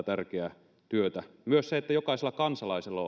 tärkeää työtä pystytään jatkamaan myös se on tärkeää että jokaisella kansalaisella